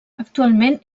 actualment